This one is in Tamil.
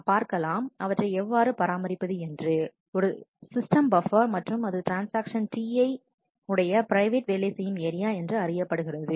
நாம் பார்க்கலாம் அவற்றை எவ்வாறு பராமரிப்பது என்று இது சிஸ்டம் பப்பர் மற்றும் இது ஒரு ட்ரான்ஸ்ஆக்ஷன் Ti உடைய பிரைவேட் வேலை செய்யும் ஏரியா என்று அறியப்படுகிறது